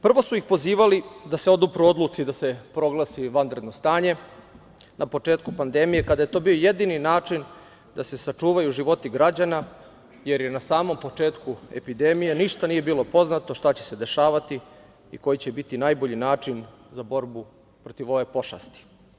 Prvo su ih pozivali da se odupru odluci da se proglasi vanredno stanje na početku pandemije kada je to bio jedini način da se sačuvaju životi građana, jer na samom početku epidemije ništa nije bilo poznato šta će se dešavati i koji će biti najbolji način za borbu protiv ove pošasti.